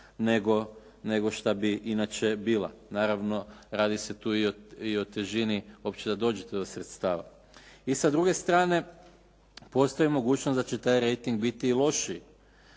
nego šta bi inače bila. Naravno, radi se tu i o težini uopće da dođete do sredstava. I sa druge strane, postoji mogućnost da će taj rejting biti i lošiji.